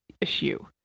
issue